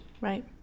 Right